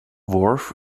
wharf